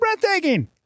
breathtaking